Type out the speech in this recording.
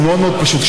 והוא מאוד מאוד פשוט.